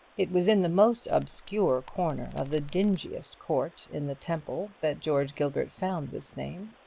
it was in the most obscure corner of the dingiest court in the temple that george gilbert found this name.